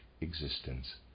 existence